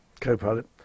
co-pilot